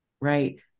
Right